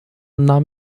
nahm